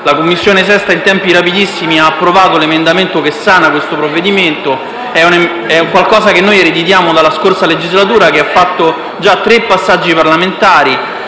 La Commissione 6a in tempi rapidissimi ha approvato l'emendamento che sana questo provvedimento. È un qualcosa che ereditiamo dalla scorsa legislatura, che ha fatto già tre passaggi parlamentari